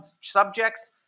subjects